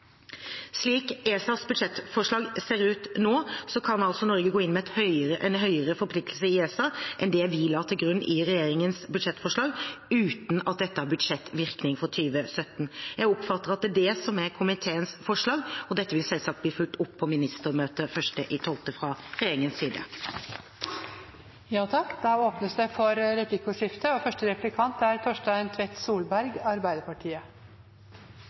Slik ESAs budsjettforslag ser ut nå, kan Norge gå inn med en høyere forpliktelse i ESA enn det vi la til grunn i regjeringens budsjettforslag, uten at dette har budsjettvirkning for 2017. Jeg oppfatter at det er det som er komiteens forslag, og dette vil selvsagt bli fulgt opp på ministermøtet den 1. desember fra regjeringens side. Det blir replikkordskifte. I dag er